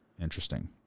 Interesting